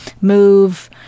Move